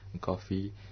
coffee